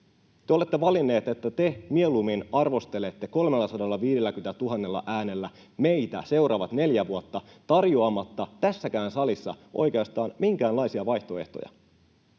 Te olette valinneet, että te mieluummin arvostelette 350 000 äänellä meitä seuraavat neljä vuotta tarjoamatta tässäkään salissa oikeastaan minkäänlaisia vaihtoehtoja.